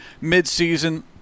mid-season